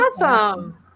Awesome